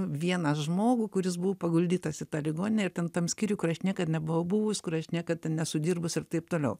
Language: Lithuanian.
vieną žmogų kuris buvo paguldytas į tą ligoninę ir ten tam skyriuj kur aš niekad nebuvau buvus kur aš niekad nesu dirbus ir taip toliau